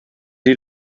est